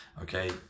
Okay